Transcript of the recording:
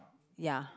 ya